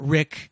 Rick